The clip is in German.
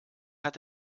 hat